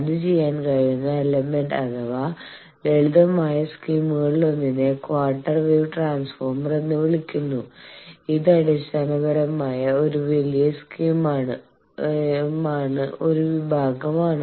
അത് ചെയ്യാൻ കഴിയുന്ന എലമെന്റ് അഥവാ ലളിതമായ സ്കീമുകളിലൊന്നിനെ ക്വാർട്ടർ വേവ് ട്രാൻസ്ഫോർമർ എന്ന് വിളിക്കുന്നു ഇത് അടിസ്ഥാനപരമായി ഒരു വലിയ സ്കീമിന്റെ ഒരു വിഭാഗമാണ്